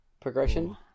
progression